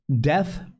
death